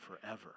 forever